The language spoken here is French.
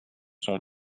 son